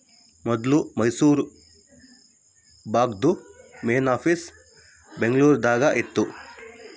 ಮೊದ್ಲು ಮೈಸೂರು ಬಾಂಕ್ದು main office Bengaluru ದಾಗ ಇತ್ತು